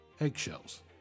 eggshells